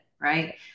right